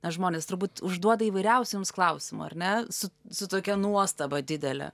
nes žmonės turbūt užduoda įvairiausių jums klausimo ar ne su su tokia nuostaba didele